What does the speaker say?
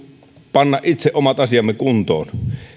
panna itse omat asiamme kuntoon